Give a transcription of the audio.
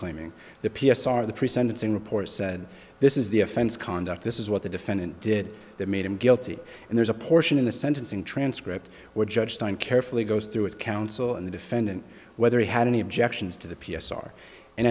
claiming the p s r the pre sentencing report said this is the offense conduct this is what the defendant did that made him guilty and there's a portion in the sentencing transcript where judge john carefully goes through with counsel and the defendant whether he had any objections to the p s r and